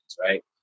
right